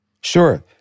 Sure